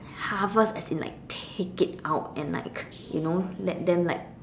harvest as in like take it out and like you know let them like